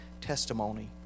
testimony